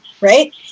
right